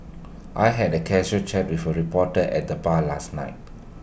I had A casual chat with A reporter at the bar last night